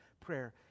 prayer